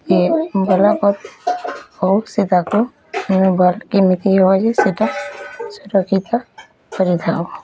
ଏ ଭଲ ହଉ ସେ ତାକୁ ସେଟା ସୁରକ୍ଷିତ କରିଥାଉଁ